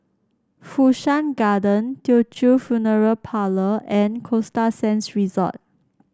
Fu Shan Garden Teochew Funeral Parlour and Costa Sands Resort